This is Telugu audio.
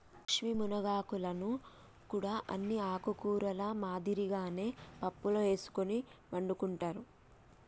లక్ష్మీ మునగాకులను కూడా అన్ని ఆకుకూరల మాదిరిగానే పప్పులో ఎసుకొని వండుకుంటారు